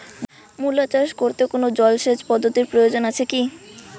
মূলা চাষ করতে কোনো জলসেচ পদ্ধতির প্রয়োজন আছে কী?